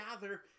gather